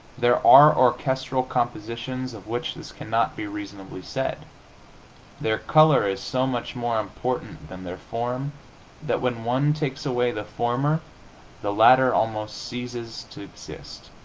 there are orchestral compositions of which this cannot be reasonably said their color is so much more important than their form that when one takes away the former the latter almost ceases to exist.